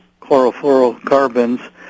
chlorofluorocarbons